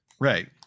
Right